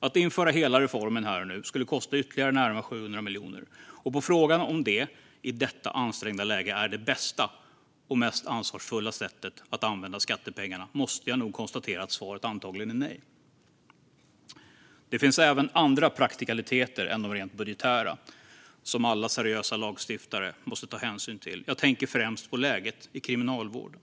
Att införa hela reformen här och nu skulle kosta ytterligare närmare 700 miljoner. På frågan om det i detta ansträngda läge är det bästa och mest ansvarsfulla sättet att använda skattepengarna måste jag konstatera att svaret antagligen är nej. Det finns även andra praktikaliteter än de rent budgetära som alla seriösa lagstiftare måste ta hänsyn till. Jag tänker främst på läget i kriminalvården.